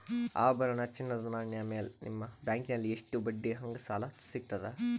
ಆಭರಣ, ಚಿನ್ನದ ನಾಣ್ಯ ಮೇಲ್ ನಿಮ್ಮ ಬ್ಯಾಂಕಲ್ಲಿ ಎಷ್ಟ ಬಡ್ಡಿ ಹಂಗ ಸಾಲ ಸಿಗತದ?